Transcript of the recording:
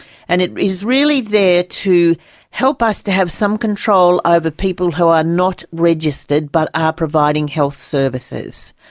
and it is really there to help us to have some control ah over people who are not registered but are providing health services.